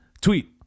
Tweet